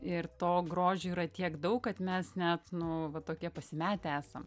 ir to grožio yra tiek daug kad mes net nu va tokie pasimetę esam